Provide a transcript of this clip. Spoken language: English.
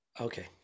Okay